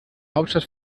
hauptstadt